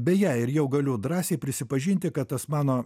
beje ir jau galiu drąsiai prisipažinti kad tas mano